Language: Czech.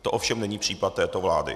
To ovšem není případ této vlády.